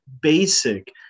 basic